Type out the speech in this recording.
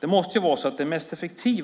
Det mest effektiva